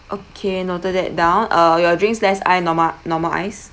okay noted that down uh your drinks is that's normal normal ice